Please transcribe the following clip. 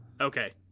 Okay